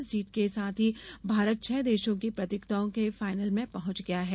इस जीत के साथ ही भारत छह देशों की प्रतियोगिता के फाइनल में पहुंच गया है